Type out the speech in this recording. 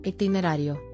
Itinerario